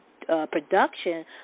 production